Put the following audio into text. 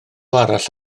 arall